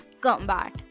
combat